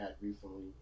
recently